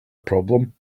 problem